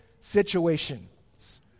Situations